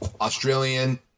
Australian